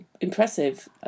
Impressive